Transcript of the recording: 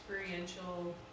experiential